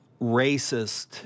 racist